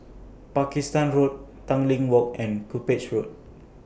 Pakistan Road Tanglin Walk and Cuppage Road